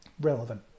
relevant